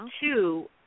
two